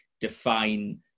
define